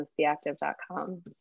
businessbeactive.com